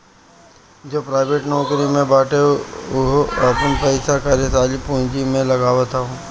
जे प्राइवेट नोकरी में बाटे उहो आपन पईसा कार्यशील पूंजी में लगावत हअ